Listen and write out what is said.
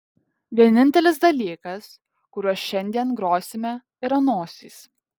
vienintelis dalykas kuriuo šiandien grosime yra nosys